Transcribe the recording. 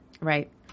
right